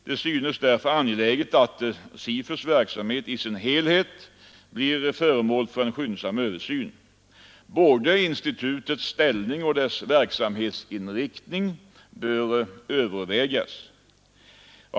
Det synes därför angeläget att SIFU:s verksamhet i sin helhet blir föremål för en skyndsam översyn. Både institutets ställning och dess verksamhetsinriktning bör övervägas.